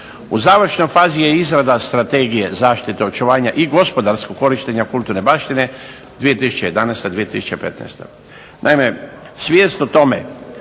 U završnoj fazi je izrada strategije zaštite očuvanja i gospodarsko korištenje kulturne baštine 2011.-2015. Naime, svijest o tome